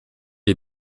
est